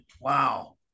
Wow